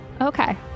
okay